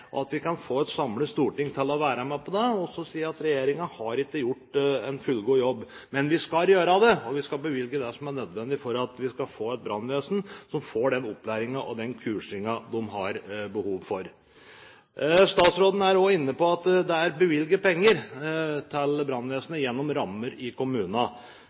og at vi kan få et samlet Stortinget til å være med på det. Og så si: Regjeringen har ikke gjort en fullgod jobb, men vi skal gjøre det og skal bevilge det som er nødvendig for at vi skal få et brannvesen som får den opplæringen og den kursingen de har behov for. Statsråden er også inne på at det er bevilget penger til brannvesenet gjennom rammer i kommunene.